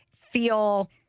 feel